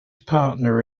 partner